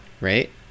right